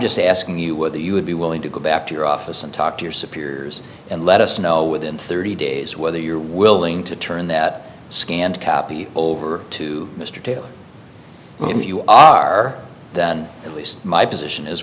just asking you whether you would be willing to go back to your office and talk to your superiors and let us know within thirty days whether you're willing to turn that scanned copy over to mr taylor if you are then at least my position